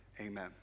amen